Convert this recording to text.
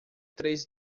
três